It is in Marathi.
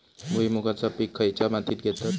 भुईमुगाचा पीक खयच्या मातीत घेतत?